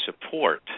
support